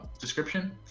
description